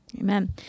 Amen